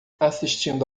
assistindo